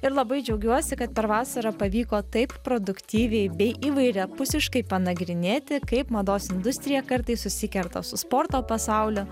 ir labai džiaugiuosi kad per vasarą pavyko taip produktyviai bei įvairiapusiškai panagrinėti kaip mados industrija kartais susikerta su sporto pasauliu